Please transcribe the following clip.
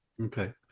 Okay